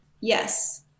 Yes